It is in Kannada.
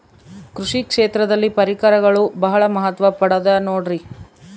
ಕೃಷಿ ಕ್ಷೇತ್ರದಲ್ಲಿ ಪರಿಕರಗಳು ಬಹಳ ಮಹತ್ವ ಪಡೆದ ನೋಡ್ರಿ?